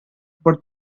but